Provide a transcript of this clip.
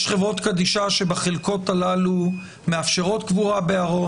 יש חברות קדישא שבחלקות הללו מאפשרות קבורה בארון,